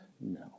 No